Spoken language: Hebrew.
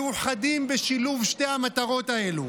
מאוחדים בשילוב שתי המטרות האלה.